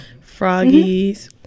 Froggies